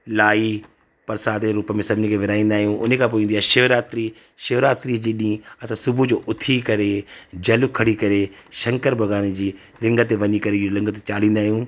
लाई परसाद जे रूप में सभिनी खे विरहाईंदा आहियूं उन खां पोइ ईंदी आहे शिवरात्रि शिवरात्रिअ जे ॾींहुं असां सुबुह जो उथी करे जलु खणी करे शंकर भॻवान जी लिंग ते वञी करे इहो लिंग ते चाढ़ींदा आहियूं